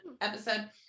episode